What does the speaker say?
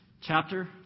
Chapter